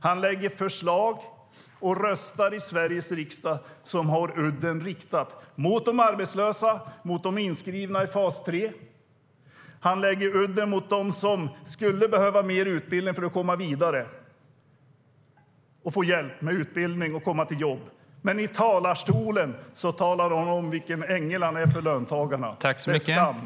Han lägger fram förslag och röstar i Sveriges riksdag på förslag som har udden riktad mot de arbetslösa och mot de inskrivna i fas 3. Han riktar udden mot dem som skulle behöva mer utbildning för att komma vidare, som behöver hjälp med utbildning och att komma i jobb. Men i talarstolen talar han om vilken ängel han är för löntagarna. Det är en skam!